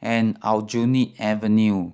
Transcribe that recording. and Aljunied Avenue